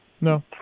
No